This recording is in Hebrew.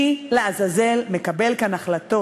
מי לעזאזל מקבל כאן החלטות?